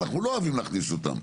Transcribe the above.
אנחנו לא אוהבים להכניס אותם.